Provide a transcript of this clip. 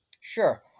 Sure